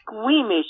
squeamish